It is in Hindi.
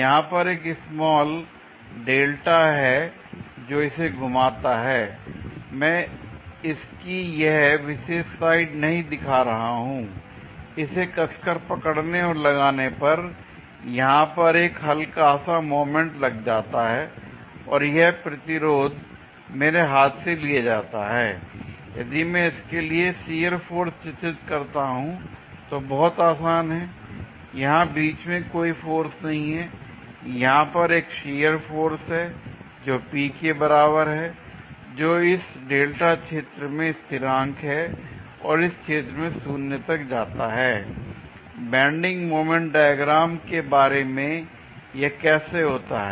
यहां पर एक स्मॉल δ है जो इसे घुमाता है l मैं इसकी यह विशेष साइड नहीं दिखा रहा हूं l इसे कसकर पकड़ने और लगाने पर यहां पर एक हल्का सा मोमेंट लग जाता है और वह प्रतिरोध मेरे हाथ से लिया गया है l यदि मैं इसके लिए शियर फोर्स चित्रित करता हूं तो बहुत आसान है यहां बीच में कोई फोर्स नहीं है यहां पर एक शियर फोर्स है जो P के बराबर है जो इस δ क्षेत्र में स्थिरांक है और इस क्षेत्र में शून्य तक जाता है l बेंडिंग मोमेंट डायग्राम के बारे में यह कैसे होता है